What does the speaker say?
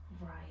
Right